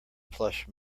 plush